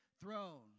throne